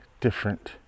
different